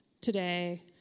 today